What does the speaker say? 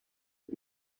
but